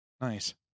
nice